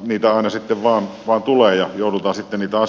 niitä aina sitten vain tulee ja joudutaan sitten niitä asioita parsimaan